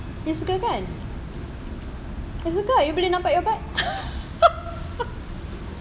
you suka kan you suka lah you boleh nampak your butt